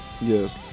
Yes